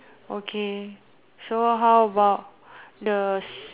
okay so how about the